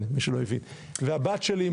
הבת שלי,